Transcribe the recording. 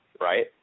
right